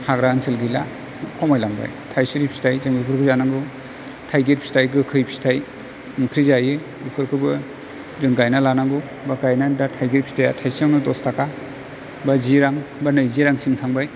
हाग्रा ओनसोल गैला खमायलांबाय थाइसुरि फिथाइ जों बेफोरखौ जानांगौ थाइगिर फिथाइ गोखै फिथाइ ओंख्रि जायो बेफोरखौबो जों गायनानै लानांगौ गायनानै दा थाइगिर फिथाइया थाइसेयावनो दसथाखा बा जि रां बा नैजि रांसिम थांबाय